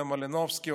יוליה מלינובסקי,